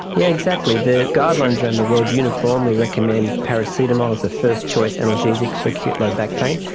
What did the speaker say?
yeah exactly. the guidelines around the world uniformly recommend paracetamol as a first choice analgesic for acute low back pain.